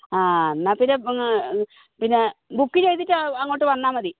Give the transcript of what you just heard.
ആ എന്നാൽ പിന്നെ പിന്നെ ബുക്ക് ചെയ്തിട്ട് അങ്ങോട്ട് വന്നാൽ മതി